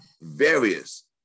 various